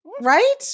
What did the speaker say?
right